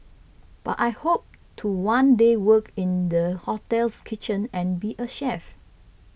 but I hope to one day work in the hotel's kitchen and be a chef